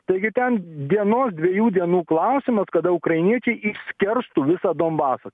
taigi ten dienos dviejų dienų klausimas kada ukrainiečiai išskerstų visą donbasą